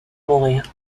mourir